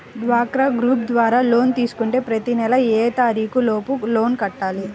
డ్వాక్రా గ్రూప్ ద్వారా లోన్ తీసుకుంటే ప్రతి నెల ఏ తారీకు లోపు లోన్ కట్టాలి?